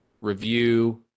review